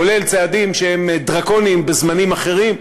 כולל צעדים שהם דרקוניים בזמנים אחרים,